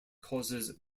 causes